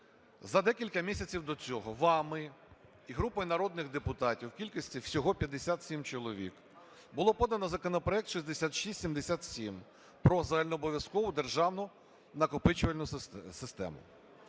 За декілька місяців до цього вами і групою народних депутатів у кількості всього 57 чоловік було подано законопроект 6677 про загальнообов'язкову державну накопичувальну систему.